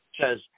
says